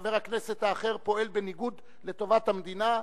שחבר הכנסת האחר פועל בניגוד לטובת המדינה.